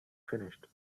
finished